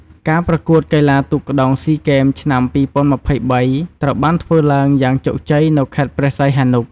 ការប្រកួតកីឡាទូកក្ដោងស៊ីហ្គេមឆ្នាំ២០២៣ ត្រូវបានធ្វើឡើងយ៉ាងជោគជ័យនៅខេត្តព្រះសីហនុ។